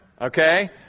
Okay